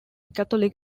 catholic